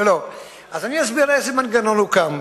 אז אני אסביר איזה מנגנון הוקם.